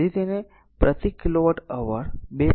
તેથી તેને પ્રતિ કિલોવોટ અવર 2